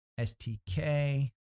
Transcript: STK